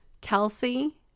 Kelsey